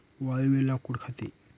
वाळवी लाकूड खाते